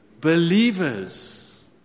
believers